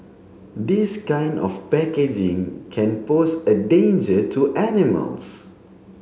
this kind of packaging can pose a danger to animals